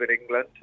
England